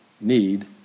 need